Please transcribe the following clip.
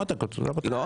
למה אתה קוטע אותי?